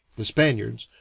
the spaniards,